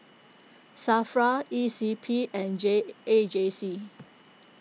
Safra E C P and J A J C